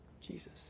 Jesus